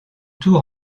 tour